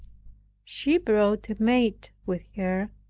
she brought a maid with her,